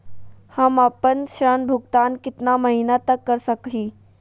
हम आपन ऋण भुगतान कितना महीना तक कर सक ही?